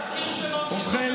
בליאק?